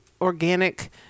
organic